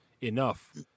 enough